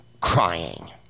crying